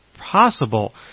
possible